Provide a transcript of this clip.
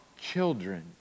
children